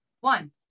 one